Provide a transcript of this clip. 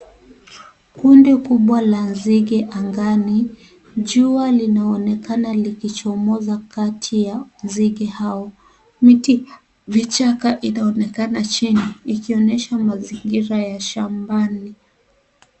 Kundi kubwa la nzige angani, jua linaonekana likichomoza kati ya nzige hawa mti, vichaka inaonekana chini ikionyesha mazingira ya shambani.